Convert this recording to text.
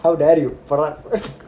how dare you forgot